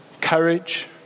courage